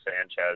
Sanchez